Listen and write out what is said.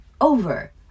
over